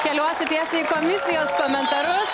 keliuosiu tiesiai į komisijos komentarus